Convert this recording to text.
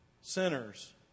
sinners